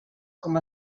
com